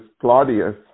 Claudius